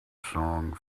song